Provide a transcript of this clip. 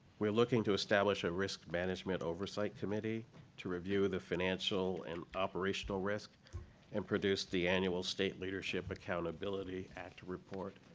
we're looking to establish a risk management oversight committee to review the financial and operational risk and produce the annual state leadership accountability act report.